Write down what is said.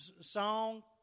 song